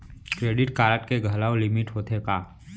Credit card के घलव limit होथे का?